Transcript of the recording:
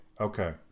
okay